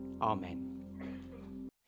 Amen